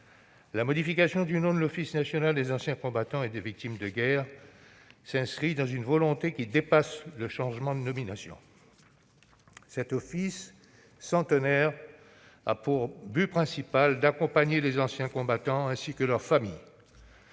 La modification du nom de l'Office national des anciens combattants et victimes de guerre s'inscrit dans une volonté qui dépasse le changement de nomination. Cet office centenaire a pour but principal d'accompagner les anciens combattants ainsi que leurs familles.